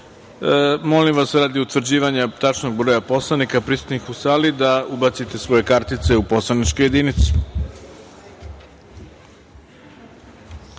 vas radi utvrđivanja tačnog broja poslanika prisutnih u sali da ubacite svoje kartice u poslaničke